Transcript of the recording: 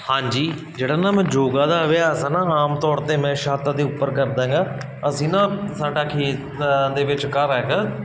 ਹਾਂਜੀ ਜਿਹੜਾ ਨਾ ਮੈਂ ਯੋਗਾ ਦਾ ਅਭਿਆਸ ਨਾ ਆਮ ਤੌਰ 'ਤੇ ਮੈਂ ਛੱਤ ਦੇ ਉੱਪਰ ਕਰ ਦਾਂਗਾ ਅਸੀਂ ਨਾ ਸਾਡਾ ਖੇਤ ਦੇ ਵਿੱਚ ਘਰ ਹੈਗਾ